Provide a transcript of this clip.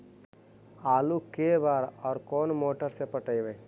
आलू के बार और कोन मोटर से पटइबै?